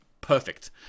Perfect